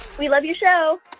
we love your show